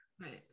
Right